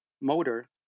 motor